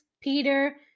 Peter